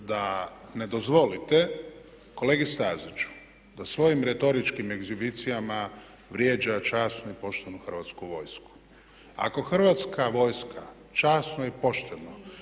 da ne dozvolite kolegi Staziću da svojim retoričkim egzibicijama vrijeđa časnu i poštenu Hrvatsku vojsku. Ako Hrvatska vojska časno i pošteno